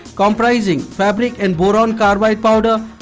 comprising fabric and boron carbide powder,